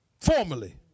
Formally